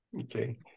Okay